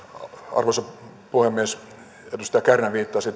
arvoisa puhemies edustaja kärnä viittasi